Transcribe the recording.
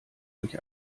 durch